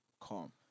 Calm